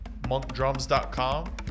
Monkdrums.com